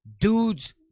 Dudes